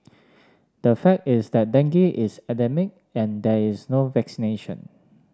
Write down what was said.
the fact is that dengue is endemic and there is no vaccination